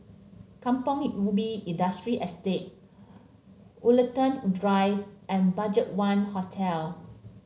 Kampong Ubi Industrial Estate Woollerton Drive and BudgetOne Hotel